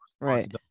Right